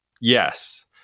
Yes